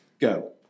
Go